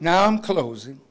now i'm closing